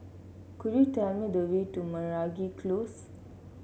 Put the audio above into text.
could you tell me the way to Meragi Close